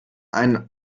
ein